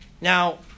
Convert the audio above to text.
Now